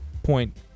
point